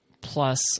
plus